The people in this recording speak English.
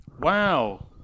Wow